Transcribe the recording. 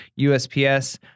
USPS